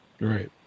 Right